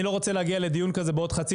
אני לא רוצה להגיע לדיון כזה בעוד חצי